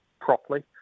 properly